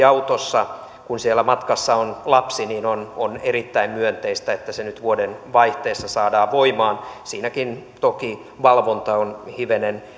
autossa kun siellä matkassa on lapsi niin on on erittäin myönteistä että sitä koskeva muutos nyt vuodenvaihteessa saadaan voimaan siinäkin toki valvonta on hivenen